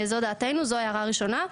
זו דעתנו, זו ההערה הראשונה.